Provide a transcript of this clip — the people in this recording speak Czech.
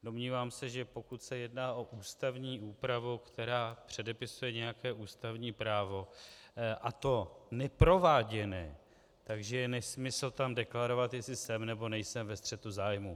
Domnívám se, že pokud se jedná o ústavní úpravu, která předepisuje nějaké ústavní právo, a to neprováděné, že je nesmysl tam deklarovat, jestli jsem, nebo nejsem ve střetu zájmů.